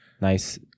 Nice